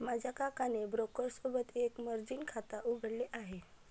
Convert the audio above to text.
माझ्या काकाने ब्रोकर सोबत एक मर्जीन खाता उघडले आहे